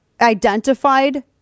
identified